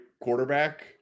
quarterback